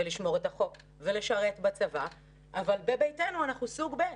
ולשמור את החוק ולשרת בצבא אבל בביתנו אנחנו סוג ב'.